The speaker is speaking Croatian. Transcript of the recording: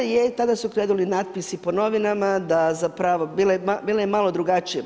Tada je, tada su krenuli natpisi po novinama da zapravo, bilo je malo drugačije.